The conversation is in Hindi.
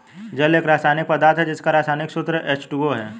जल एक रसायनिक पदार्थ है जिसका रसायनिक सूत्र एच.टू.ओ है